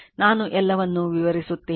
ನಾನು ಎಲ್ಲವನ್ನೂ ವಿವರಿಸುತ್ತೇನೆ